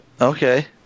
Okay